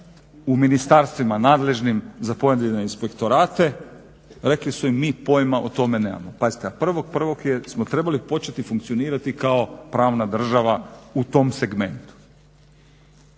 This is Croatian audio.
u ministarstvima nadležnim za pojedine inspektorate. Rekli su im mi pojma o tome nemamo. Pazite, a 1.1. smo trebali početi funkcionirati kao pravna država u tom segmentu.